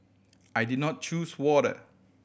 I did not choose water